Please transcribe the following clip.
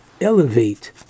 elevate